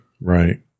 Right